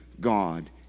God